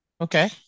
Okay